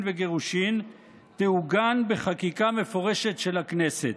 וגירושין תעוגן בחקיקה מפורשת של הכנסת.